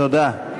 תודה.